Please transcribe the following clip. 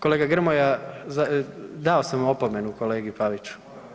Kolega Grmoja, dao sam opomenu kolegi Paviću.